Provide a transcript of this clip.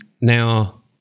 Now